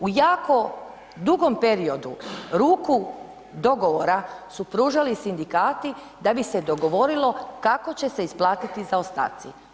U jako dugom periodu ruku dogovora su pružali sindikati da bi se dogovorilo kako će se isplatiti zaostaci.